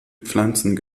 pflanzen